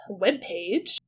webpage